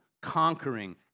conquering